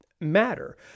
matter